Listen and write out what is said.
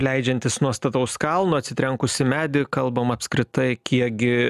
leidžiantis nuo stataus kalno atsitrenkus į medį kalbam apskritai kiekgi